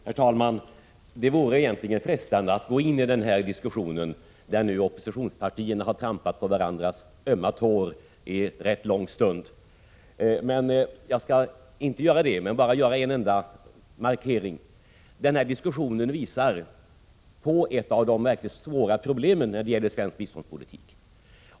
Herr talman! Det vore egentligen frestande att gå in i den här diskussionen, där nu oppositionspartierna har trampat på varandras ömma tår en rätt lång stund. Jag skall inte göra det, men jag vill göra en enda markering. Den här diskussionen visar på ett av de verkligt svåra problemen när det gäller svensk biståndspolitik.